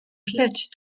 tliet